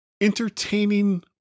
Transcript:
entertaining